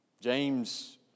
James